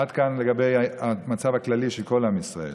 עד כאן לגבי המצב הכללי של כל עם ישראל.